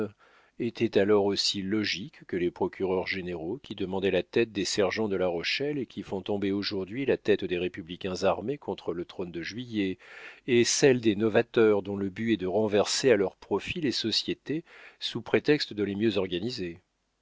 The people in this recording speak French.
étaient alors aussi logiques que les procureurs généraux qui demandaient la tête des sergents de la rochelle et qui font tomber aujourd'hui la tête des républicains armés contre le trône de juillet et celles des novateurs dont le but est de renverser à leur profit les sociétés sous prétexte de les mieux organiser